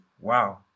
Wow